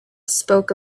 spoke